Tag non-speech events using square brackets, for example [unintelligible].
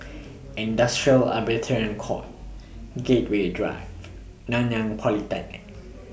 Industrial [unintelligible] Court Gateway Drive Nanyang Polytechnic